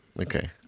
Okay